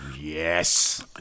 Yes